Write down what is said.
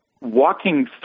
walking